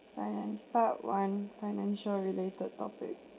finance part one financial related topic